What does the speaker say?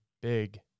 big